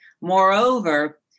Moreover